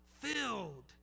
filled